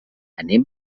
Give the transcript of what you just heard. anem